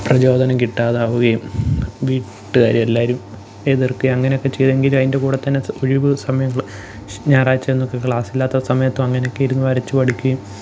പ്രചോദനം കിട്ടാതാവുകയും വീട്ടുകാര് എല്ലാരും എതിർക്കുകയും അങ്ങനെയൊക്കെ ചെയ്തെങ്കിലും അതിന്റെ കൂടെത്തന്നെ ഒഴിവുസമയങ്ങള് ഞായറാഴ്ച്ച ക്ലാസ്സില്ലാത്ത സമയത്ത് അങ്ങനെയൊക്കെ ഇരുന്ന് വരച്ച് പഠിക്കുകയും